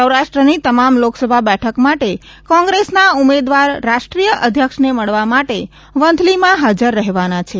સૌરાષ્ટ્રની તમામ લોકસભા બેઠક માટે કોંગ્રેસના ઉમેદવાર રાષ્ટ્રીય અધ્યક્ષને મળવા માટે વંથલીમાં હાજર રહેવાના છે